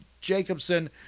Jacobson